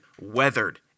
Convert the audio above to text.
weathered